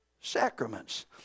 sacraments